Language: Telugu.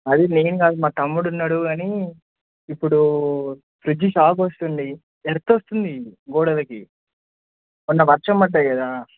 అది నేను కాదు మా తమ్ముడు ఉన్నాడు కానీ ఇప్పుడు ఫ్రిడ్జ్ షాక్ వస్తుంది ఎర్త్ వస్తుంది గోడలకి మొన్న వర్షం పడింది కదా